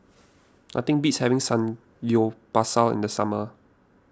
nothing beats having Samgyeopsal in the summer